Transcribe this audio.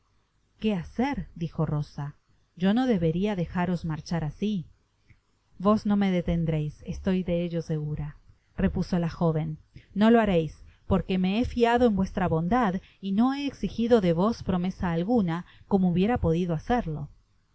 qué hacer dijo rosa yo no deberia dejaros marchar asi vos no me detendréis estoy de ello segura repusola joven no lo haréis porque me ire fiado en vuestra bondad y no he exijido de vos promesa alguna como hubiera podido hacerlo